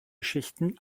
schichten